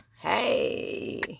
Hey